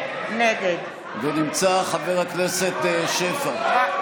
נגד ונמצא חבר הכנסת שפע.